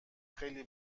خیلی